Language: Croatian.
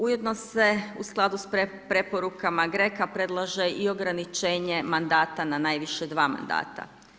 Ujedno se, u skladu s preporukama GRECO-a predlaže i ograničenje mandata na najviše dva mandata.